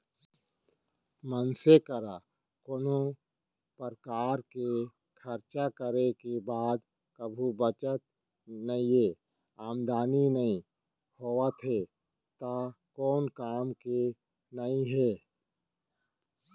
मनसे करा कोनो परकार के खरचा करे के बाद कभू बचत नइये, आमदनी नइ होवत हे त कोन काम के नइ हे